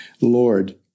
Lord